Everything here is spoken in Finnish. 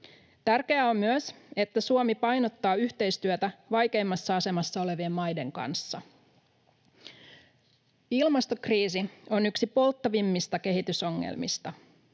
Tärkeää on myös, että Suomi painottaa yhteistyötä vaikeimmassa asemassa olevien maiden kanssa. Ilmastokriisi on yksi polttavimmista kehitysongelmista.